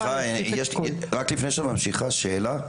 סליחה, רק לפני שאת ממשיכה, שאלה.